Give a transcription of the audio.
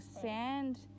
sand